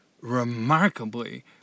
remarkably